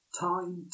time